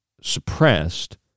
suppressed